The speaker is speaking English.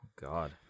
God